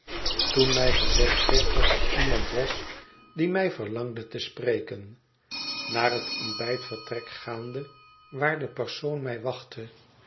toen mij het verlaten huis gezegd werd dat er iemand was die mij verlangde te spreken naar het ontbijtvertrek gaande waar die persoon mij wachtte